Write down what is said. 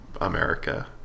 America